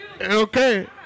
Okay